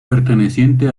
perteneciente